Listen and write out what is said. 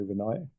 overnight